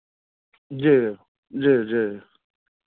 जी जी जी